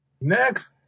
Next